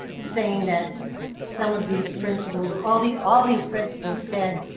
saying that some of these principals, all these all these principals said,